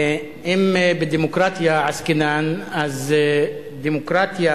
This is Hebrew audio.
אם בדמוקרטיה עסקינן, אז דמוקרטיה